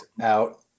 out